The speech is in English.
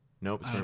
Nope